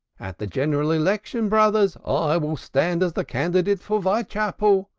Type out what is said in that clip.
at the general election, brothers, i will stand as the candidate for whitechapel.